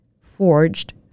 forged